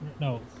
No